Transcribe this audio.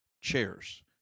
Chairs